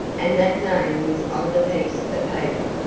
and that name was on the piece of paper!